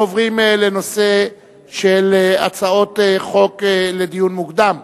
אנחנו עוברים לנושא של הצעות חוק בדיון מוקדם.